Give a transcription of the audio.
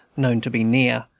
known to be near,